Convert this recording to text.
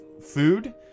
food